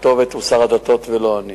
הכתובת היא שר הדתות ולא אני.